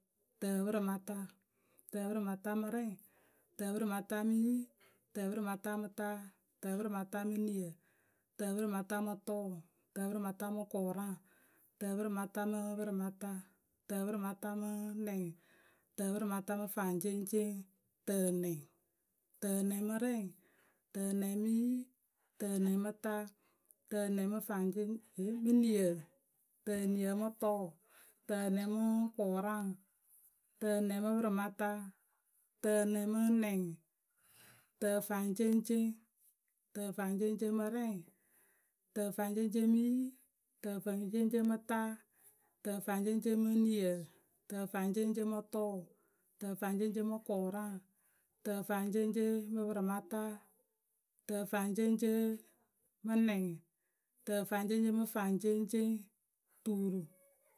tǝpǝrɩmata, tǝpǝrɩmata mǝ rɛŋ, tǝpǝrɩmata mǝ yi, tǝpǝrɩmata mǝ ta, tǝpǝrɩmata mǝ niǝ, tǝpǝrɩmata mǝ tʊʊ, tǝpǝrɩmata mǝ kʊraŋ, tǝpǝrɩmata mǝ pǝrɩmata, tǝpǝrɩmata mǝ nɛŋ, tǝpǝrɩmata mǝ faŋceŋceŋ,. tǝnɛŋ, tǝnɛŋ mǝ rɛŋ, tǝnɛŋ mǝ yi, tǝnɛŋ mǝ ta tǝnɛŋ mǝ niǝ, tǝniǝ mǝ tʊʊ, tǝnɛŋ mǝ kʊraŋ, tǝnɛŋ mǝ pǝrɩmǝta, tǝnɛŋ mǝ nɛŋ, tǝfaŋceŋceŋ, tǝfaŋceŋceŋ mǝ rɛŋ, tǝfaŋceŋceŋ mǝ yi, tǝfaŋceŋceŋ mǝ ta, tǝfaŋceŋceŋ mǝ niǝ, tǝfaŋceŋceŋ mǝ tʊʊ, tǝfaŋceŋceŋ mǝ kʊraŋ, tǝfaŋceŋceŋ mǝ pǝrɩmata, tǝfaŋceŋceŋ mǝ nɛŋ, tǝfaŋceŋceŋ mǝ faŋceŋceŋ, tuuru.